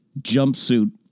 jumpsuit